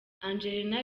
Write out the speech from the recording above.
angelina